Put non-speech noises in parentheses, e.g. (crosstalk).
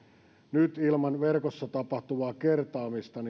nyt ilman verkossa tapahtuvaa kertaamista (unintelligible)